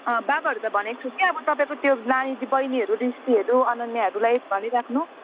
बाबाहरू त भनेको छु कि अब तपाईँको त्यो नानी त्यो बहिनीहरू दृष्टिहरू अनन्याहरूलाई भनिराख्नु